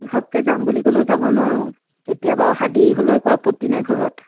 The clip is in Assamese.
ঘপকে যাম বুলি ক'লেও যাব নোৱাৰোঁ কেতিয়াবা অহাত দেৰি হ'লেও একো আপত্তি নাই ঘৰত